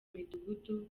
midugudu